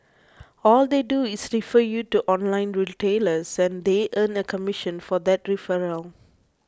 all they do is refer you to online retailers and they earn a commission for that referral